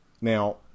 now